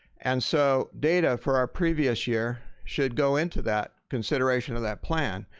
and so data for our previous year should go into that consideration of that plan.